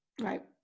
Right